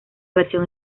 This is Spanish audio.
versión